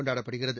கொண்டாடப்படுகிறது